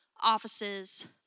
offices